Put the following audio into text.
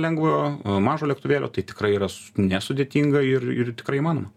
lengvojo mažo lėktuvėlio tai tikrai yra nesudėtinga ir ir tikrai įmanoma